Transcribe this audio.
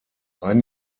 ein